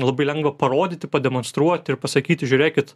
labai lengva parodyti pademonstruoti ir pasakyti žiūrėkit